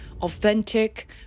authentic